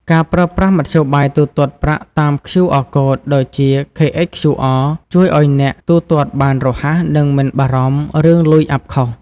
ការប្រើប្រាស់មធ្យោបាយទូទាត់ប្រាក់តាម QR Code ដូចជា KHQR ជួយឱ្យអ្នកទូទាត់បានរហ័ស និងមិនបារម្ភរឿងលុយអាប់ខុស។